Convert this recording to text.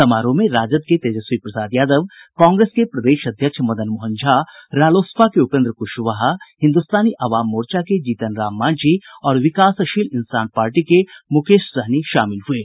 समारोह में राजद के तेजस्वी प्रसाद यादव कांग्रेस के प्रदेश अध्यक्ष मदन मोहन झा रालोसपा के उपेंद्र कुशवाहा हिन्दुस्तानी आवाम मोर्चा के जीतन राम मांझी और विकासशील इंसान पार्टी के मुकेश सहनी शामिल हुये